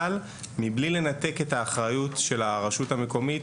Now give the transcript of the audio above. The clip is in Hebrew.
אבל מבלי לנתק את האחריות של הרשות המקומית.